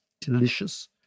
delicious